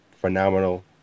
Phenomenal